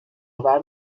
آور